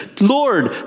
Lord